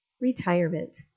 Retirement